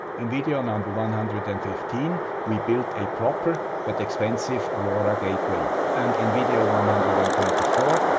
in video and um but one hundred and fifteen we built a proper, but expensive lora gateway and in video one hundred and twenty four,